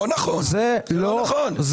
זה לא נכון.